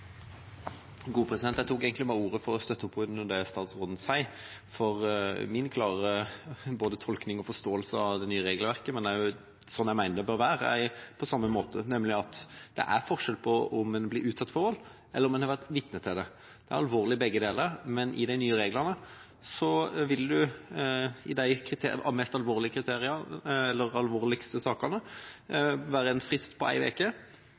Jeg tok egentlig bare ordet for å støtte opp under det statsråden sier, for min klare både tolkning og forståelse av det nye regelverket – og slik jeg også mener det bør være – er den samme, nemlig at det er forskjell på om en blir utsatt for vold, eller om en har vært vitne til det. Det er alvorlig begge deler, men i de nye reglene vil det i de mest alvorlige sakene være en frist på én uke. Det vil også være en frist på